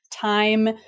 time